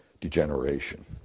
degeneration